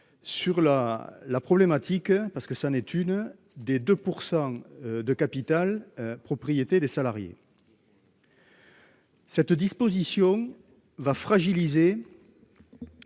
la la problématique hein parce que ça n'est une des 2%. De capital propriété des salariés. Cette disposition va fragiliser.